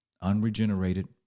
unregenerated